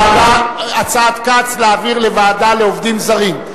הצעת כץ, להעביר לוועדה לעובדים זרים.